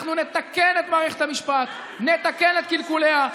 אנחנו נתקן את מערכת המשפט, נתקן את קלקוליה.